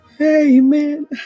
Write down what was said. Amen